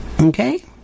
Okay